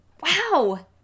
Wow